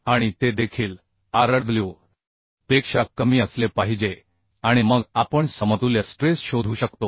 आणि ते देखील Rw पेक्षा कमी असले पाहिजे आणि मग आपण समतुल्य स्ट्रेस शोधू शकतो